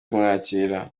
kumwakira